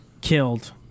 killed